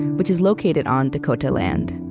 which is located on dakota land.